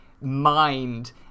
mind